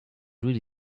really